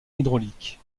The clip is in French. hydrauliques